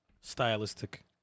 stylistic